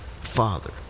father